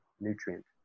nutrient